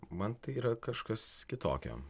man tai yra kažkas kitokio